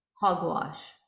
hogwash